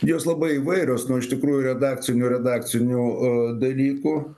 jos labai įvairios nuo iš tikrųjų redakcinių redakcinių a dalykų